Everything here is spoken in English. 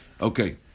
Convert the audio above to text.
Okay